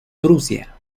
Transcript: prusia